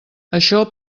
això